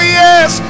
yes